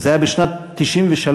זה היה בשנת 1993,